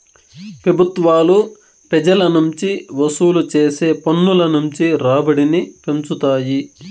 పెబుత్వాలు పెజల నుంచి వసూలు చేసే పన్నుల నుంచి రాబడిని పెంచుతాయి